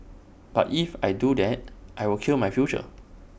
but if I do that I will kill my future